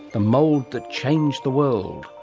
the mould that changed the world,